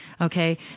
okay